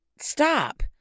stop